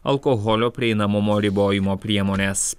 alkoholio prieinamumo ribojimo priemones